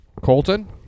Colton